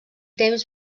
temps